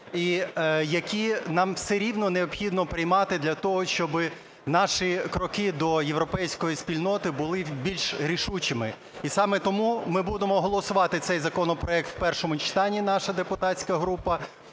і які нам все рівно необхідно приймати для того, щоби наші кроки до європейської спільноти були більш рішучими. І саме тому ми будемо голосувати цей законопроект в першому читанні, наша депутатська група,